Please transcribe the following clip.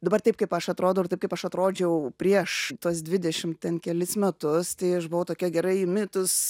dabar taip kaip aš atrodau ir taip kaip aš atrodžiau prieš tuos dvidešim ten kelis metus tai aš buvau tokia gerai įmitus